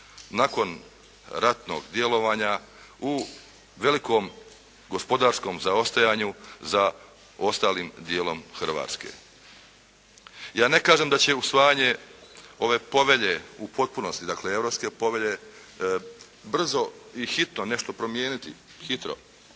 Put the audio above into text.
nakon ratnog djelovanja u velikom gospodarskom zaostajanju za ostalim dijelom Hrvatske. Ja ne kažem da će usvajanje ove Povelje u potpunosti dakle, Europske povelje brzo i hitro nešto promijeniti, hitro,